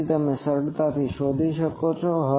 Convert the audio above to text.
તેથી તમે સરળતાથી શોધી શકો છો